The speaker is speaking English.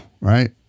right